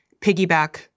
piggyback